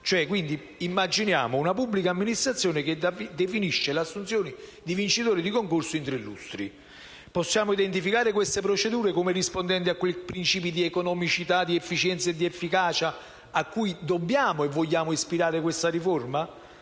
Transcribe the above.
dall'anno in corso. È una pubblica amministrazione che definisce le assunzioni di vincitori di concorso in tre lustri. Possiamo identificare queste procedure come rispondenti a quei principi di economicità, efficienza ed efficacia a cui dobbiamo e vogliamo ispirare questa riforma?